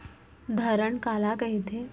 धरण काला कहिथे?